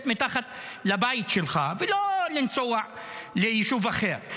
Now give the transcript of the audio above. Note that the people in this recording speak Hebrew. מתחת לבית שלך ולא לנסוע ליישוב אחר.